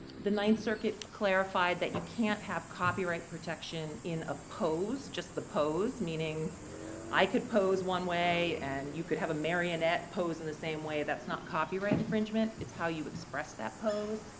the ninth circuit clarified that you can't have copyright protection in a pose, just the pose, meaning i could pose one way and you could have a marionette pose in the same way. that's not copyright infringement. it's how you've express that pose.